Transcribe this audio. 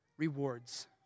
rewards